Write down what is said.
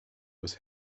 was